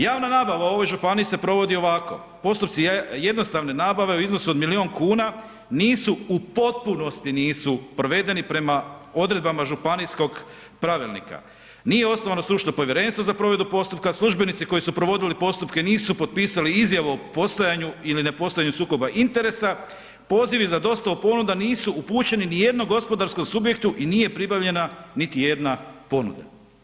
Javna nabava u ovoj županiji se provodi ovako, postupci jednostavne nabave u iznosu od milijun kuna nisu u potpunosti nisu provedeni prema odredbama županijskog pravilnika, nije osnovano stručno povjerenstvo za provedbu postupka, službenici koji su provodili postupke nisu potpisali izjavu o postojanju ili nepostojanju sukoba interesa, pozivi za dostavu ponuda nisu upućeni nijednom gospodarskom subjektu i nije pribavljena niti jedna ponuda.